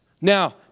Now